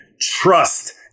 trust